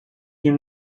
you